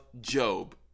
Job